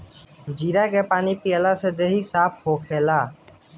जीरा के पानी पियला से देहि साफ़ होखेला